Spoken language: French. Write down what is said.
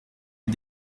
ait